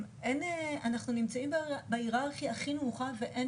אנחנו נמצאים בהיררכיה הכי נמוכה ואין